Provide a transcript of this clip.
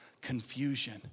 confusion